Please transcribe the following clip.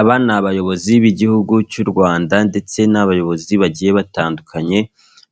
Aba ni abayobozi b'igihugu cy'u Rwanda ndetse ni abayobozi bagiye batandukanye